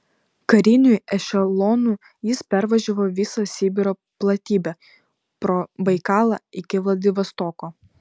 kariniu ešelonu jis pervažiavo visą sibiro platybę pro baikalą iki vladivostoko